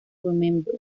remember